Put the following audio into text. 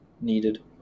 needed